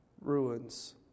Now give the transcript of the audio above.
ruins